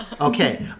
Okay